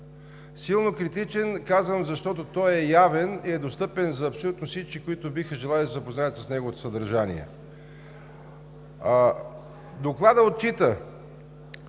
„силно критичен“, защото той е явен и достъпен за абсолютно всички, които биха желали да се запознаят с неговото съдържание. В началото